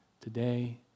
today